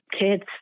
kids